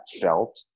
felt